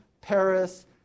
Paris